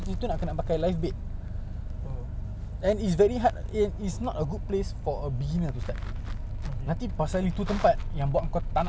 ya kalau bedok reservoir aku tak suka sia that time sikit-sikit sangkut and sangkut err dead on punya [tau] bro we need to cut the apa ni tali ah